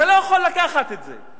אתה לא יכול לקחת את זה.